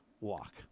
walk